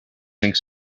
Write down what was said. think